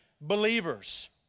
believers